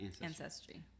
ancestry